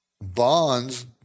bonds